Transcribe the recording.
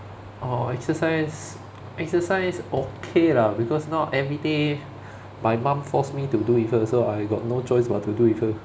orh exercise exercise okay lah because now everyday my mum forced me to do with her so I got no choice but to do with her